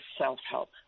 self-help